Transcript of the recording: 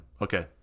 Okay